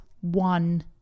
one